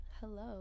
Hello